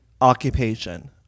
occupation